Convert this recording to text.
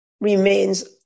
remains